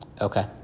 Okay